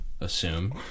assume